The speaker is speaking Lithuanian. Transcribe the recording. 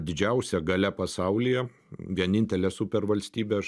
didžiausia galia pasaulyje vienintelė supervalstybė aš